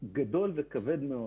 גדול וכבד מאוד.